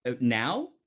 Now